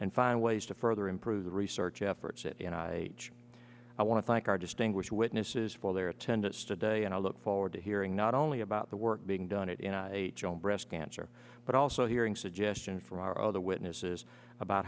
and find ways to further improve the research efforts at age i want to thank our distinguished witnesses for their attendance today and i look forward to hearing not only about the work being done it in a joan breast cancer but also hearing suggestion from our other witnesses about